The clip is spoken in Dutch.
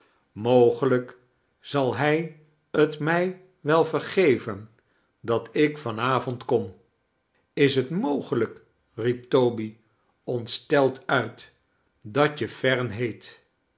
mogelijk zal hij t mij wel verge ven dat ik van avond kom is het mogelijk riep toby ontsteld uit dat je fern heet